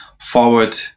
forward